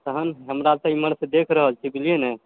तहन हमरातऽ इमहरासँ देख रहल छी बुझलियै न